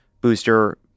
booster